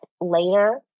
later